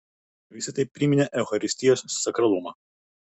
visa tai priminė eucharistijos sakralumą